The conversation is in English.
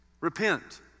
Repent